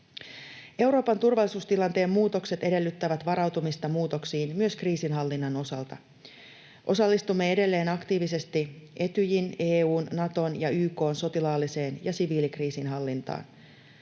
Euroopan turvallisuustilanteen muutokset edellyttävät varautumista muutoksiin myös kriisinhallinnan osalta. Osallistumme edelleen aktiivisesti Etyjin, EU:n, Naton ja YK:n sotilaalliseen ja siviilikriisinhallintaan.